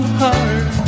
heart